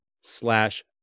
slash